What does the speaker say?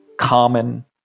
common